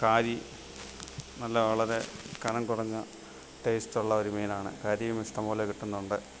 കാരി നല്ല വളരെ കനം കുറഞ്ഞ ടേസ്റ്റുള്ള ഒരു മീനാണ് കാരിയും ഇഷ്ടംപോലെ കിട്ടുന്നുണ്ട്